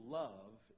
love